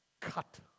cut